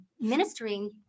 ministering